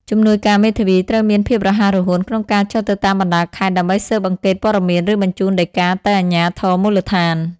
ជំនួយការមេធាវីត្រូវមានភាពរហ័សរហួនក្នុងការចុះទៅតាមបណ្តាខេត្ត ដើម្បីស៊ើបអង្កេតព័ត៌មាន ឬបញ្ជូនដីកាទៅអាជ្ញាធរមូលដ្ឋាន។